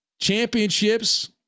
championships